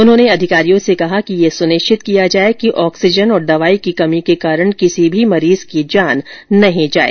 उन्होंने अधिकारियों से कहा कि यह सुनिश्चित किया जाए कि ऑक्सीजन और दवाई की कमी के कारण किसी भी मरीज की जान नहीं जाए